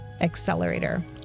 accelerator